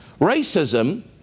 Racism